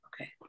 Okay